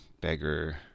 beggar